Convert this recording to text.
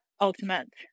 ultimate